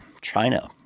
China